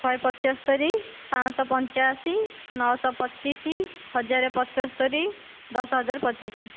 ଶହେ ପଞ୍ଚସ୍ତରୀ ପାଞ୍ଚଶହ ପଞ୍ଚାଅଶି ନଅଶହ ପଚିଶ ହଜାରେ ପଞ୍ଚସ୍ତରୀ ଦଶହଜାର ପଚିଶ